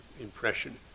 impression